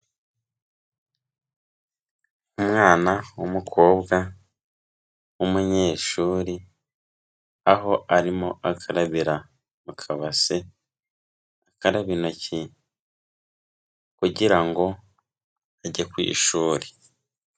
Umwana w'umukobwa w'umunyeshuri, aho arimo akarabira mu kabase, akaraba intoki kugira ngo ajye ku ishuri.